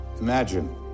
Imagine